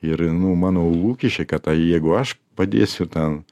ir nu mano lūkesčiai kad a jeigu aš padėsiu ten